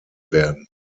werden